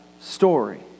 story